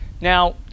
now